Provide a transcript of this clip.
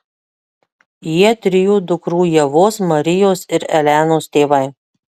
jie trijų dukrų ievos marijos ir elenos tėvai